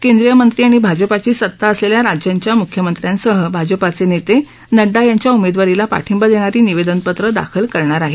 केंद्रीय मंत्री आणि भाजपाची सत्ता असलेल्या राज्यांच्या मुख्यमंत्र्यांसह भाजपाचे नेते नड्डा यांच्या उमेदवारीला पाठिंबा देणारी निवेदनपत्रं दाखल करणार आहेत